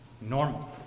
normal